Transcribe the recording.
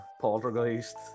Poltergeist